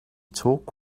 talk